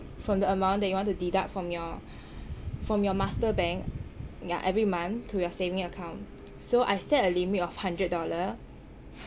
from the amount that you want to deduct from your from your master bank yah every month to your saving account so I set a limit of hundred dollar